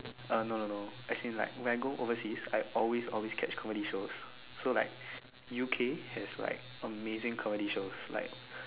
uh no no no as in like when I go overseas I always always catch comedy shows so like U_K has like amazing comedy shows like